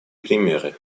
примеры